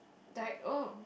Derrick oh